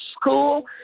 school